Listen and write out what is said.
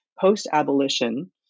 post-abolition